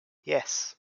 yes